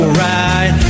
right